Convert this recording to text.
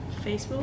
Facebook